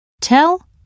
tell